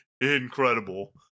incredible